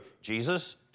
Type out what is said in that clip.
Jesus